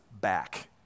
back